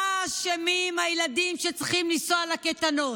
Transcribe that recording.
מה אשמים הילדים שצריכים לנסוע לקייטנות?